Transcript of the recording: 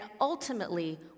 ultimately